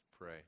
pray